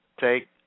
take